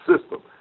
system